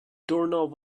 doorknob